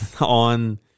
on